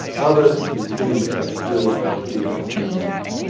others, it seems, have stood still, didn't move.